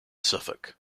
suffolk